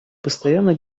постоянно